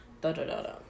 da-da-da-da